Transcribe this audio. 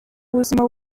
buzima